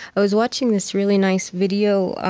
i was watching this really nice video,